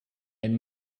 and